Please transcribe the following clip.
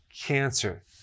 cancer